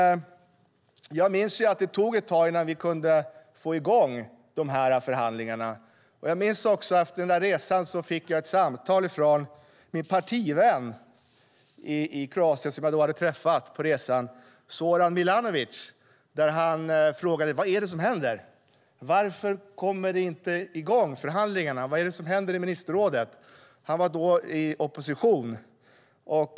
Jag minns att det tog ett tag innan vi fick i gång förhandlingarna. Jag minns också att jag efter min resa fick ett samtal från min partivän i Kroatien, Zoran Milanovic, som frågade varför förhandlingarna inte kom i gång och vad det var som hände i ministerrådet. Han var då i opposition.